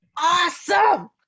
awesome